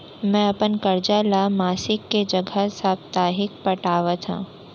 मै अपन कर्जा ला मासिक के जगह साप्ताहिक पटावत हव